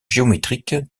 géométrique